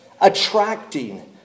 attracting